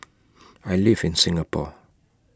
I live in Singapore